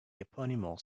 eponymous